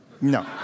no